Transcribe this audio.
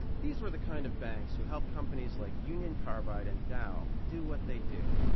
these were the kind of banks who help companies like union carbide and dow do what they do.